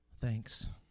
Thanks